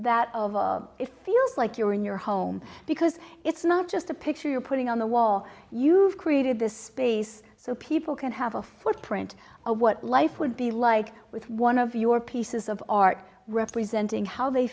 that if feels like you're in your home because it's not just a picture you're putting on the wall you've created this space so people can have a footprint of what life would be like with one of your pieces of art representing how they